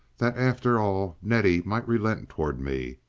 that after all nettie might relent toward me,